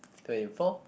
twenty four